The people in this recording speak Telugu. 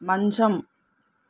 మంచం